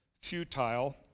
futile